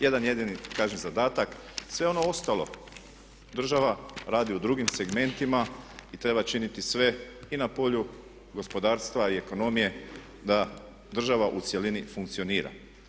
Jedan jedini kažem zadatak, sve ono ostalo država radi u drugim segmentima i treba činiti sve i na polju gospodarstva i ekonomije da država u cjelini funkcionira.